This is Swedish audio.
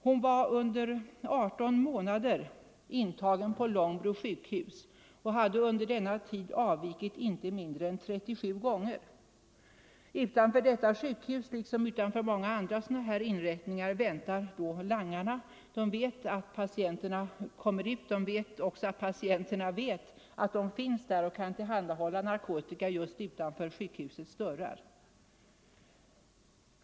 Hon var under 18 månader intagen på Långbro sjukhus och hade under denna tid avvikit inte mindre än 37 gånger. Utanför detta sjukhus, liksom utanför många andra sådana här inrättningar, väntar langarna. De vet att patienterna kommer ut och att patienterna känner till att de finns där och kan tillhandahålla narkotika just utanför sjukhusets dörrar.